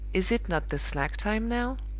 is it not the slack time now?